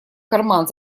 карман